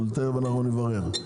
תיכף אנחנו נברר.